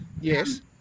Yes